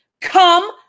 come